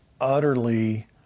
utterly